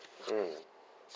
mmhmm